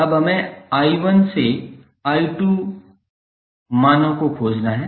अब हमें 𝑖1 to 𝑖4 मूल्यों को खोजना होगा